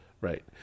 Right